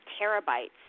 terabytes